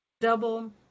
double